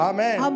Amen